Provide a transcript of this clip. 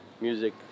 music